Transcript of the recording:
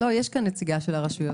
של הרשויות.